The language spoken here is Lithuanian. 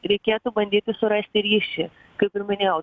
reikėtų bandyti surasti ryšį kaip ir minėjau